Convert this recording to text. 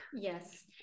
Yes